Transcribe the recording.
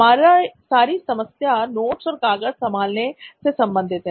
हमारी समस्या नोट्स और कागज संभालने से संबंधित है